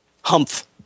Humph